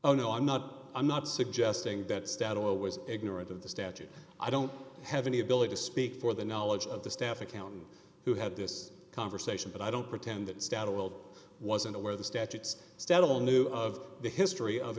oh no i'm not i'm not suggesting that status quo was ignorant of the statute i don't have any ability to speak for the knowledge of the staff accountant who had this conversation but i don't pretend that static world wasn't aware of the statutes stadol knew of the history of